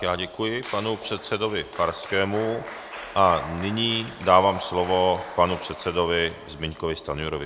Já děkuji panu předsedovi Farskému a nyní dávám slovo panu předsedovi Zbyňkovi Stanjurovi.